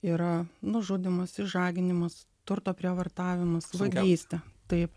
yra nužudymas išžaginimas turto prievartavimas vagystė taip